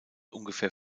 ungefähr